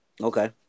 okay